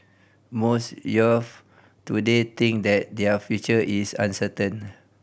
most youths today think that their future is uncertain